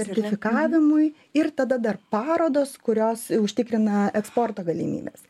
sertifikavimui ir tada dar parodos kurios užtikrina eksporto galimybes